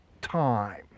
time